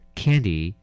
candy